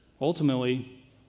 ultimately